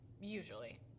Usually